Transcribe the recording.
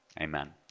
Amen